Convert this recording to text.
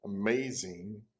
Amazing